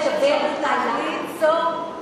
ברגע שיש אפשרות,